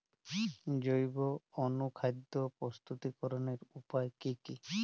জৈব অনুখাদ্য প্রস্তুতিকরনের উপায় কী কী?